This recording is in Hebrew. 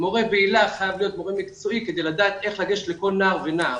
ומורה בהיל"ה חייב להיות מורה מקצועי כדי לדעת איך לגשת לכל נער ונער.